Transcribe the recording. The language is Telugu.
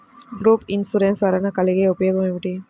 గ్రూప్ ఇన్సూరెన్స్ వలన కలిగే ఉపయోగమేమిటీ?